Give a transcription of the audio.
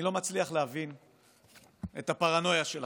אני לא מצליח להבין את הפרנויה שלכם.